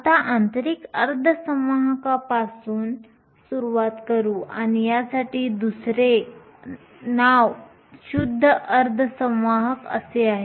आपण आंतरिक अर्धसंवाहकांपासून सुरुवात करू आणि यासाठी दुसरे नाव शुद्ध अर्धवाहक असे आहे